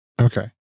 Okay